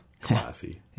Classy